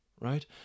right